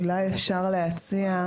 אולי אפשר להציע,